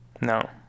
No